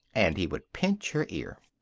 and he would pinch her ear.